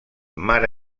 mare